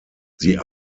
sie